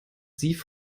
sie